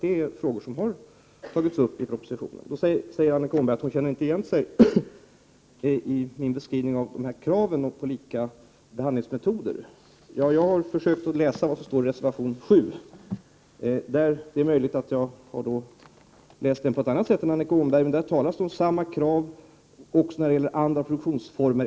Dessa frågor har tagits upp i propositionen. Annika Åhnberg säger att hon inte känner igen sig när jag beskriver kraven på lika behandlingsmetoder. Jag försökte läsa vad som står i reservation 7. Det är möjligt att jag har läst på annat sätt än Annika Åhnberg, men där talas det om samma krav också på andra produktionsformer.